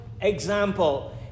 example